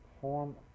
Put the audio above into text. form